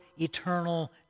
eternal